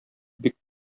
бик